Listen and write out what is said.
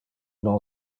non